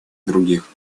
других